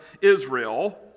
Israel